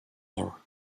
more